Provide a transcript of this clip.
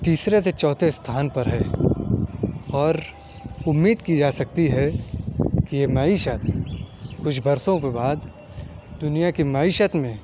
تیسرے سے چوتھے استھان پر ہے اور امّید کی جا سکتی ہے کہ یہ معیشت کچھ برسوں کے بعد دنیا کی معیشت میں